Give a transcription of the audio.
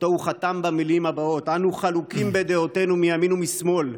ואותו הוא חתם במילים הבאות: "אנו חלוקים בדעותינו מימין ומשמאל.